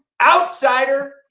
outsider